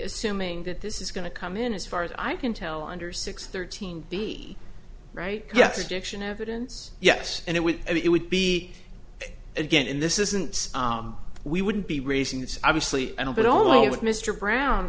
assuming that this is going to come in as far as i can tell under six thirteen b right yes addiction evidence yes and it would it would be again in this isn't we wouldn't be raising this obviously and all but only with mr brown